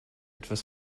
etwas